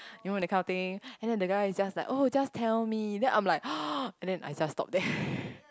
you know that kind of thing and then the guy just like oh just tell me then I'm like then I just stop there